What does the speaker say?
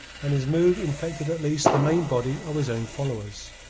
and his mood infected at least the main body of his own followers.